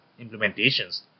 implementations